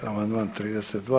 Amandman 32.